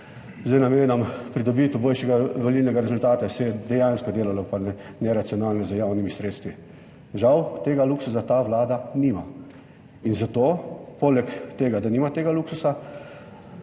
z namenom pridobiti boljši volilni rezultat se je dejansko delalo neracionalno z javnimi sredstvi. Žal tega luksuza ta vlada nima in poleg tega, da nima tega luksuza,